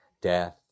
death